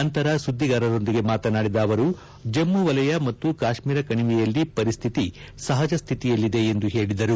ನಂತರ ಸುದ್ದಿಗಾರರೊಂದಿಗೆ ಮಾತನಾಡಿದ ಅವರು ಜಮ್ನು ವಲಯ ಮತ್ತು ಕಾಶ್ಮೀರ ಕಣಿವೆಯಲ್ಲಿ ಪರಿಸ್ಥಿತಿ ಸಹಜ ಸ್ಥಿತಿಯಲ್ಲಿದೆ ಎಂದು ಹೇಳಿದರು